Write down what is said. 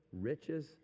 riches